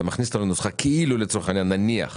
כאילו לצורך העניין נניח